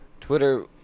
Twitter